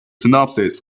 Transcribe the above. synopsis